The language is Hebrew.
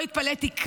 ולא התפלאתי,